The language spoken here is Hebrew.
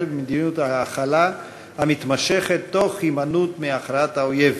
ומדיניות ההכלה המתמשכת תוך הימנעות מהכרעת האויב.